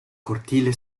cortile